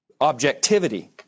objectivity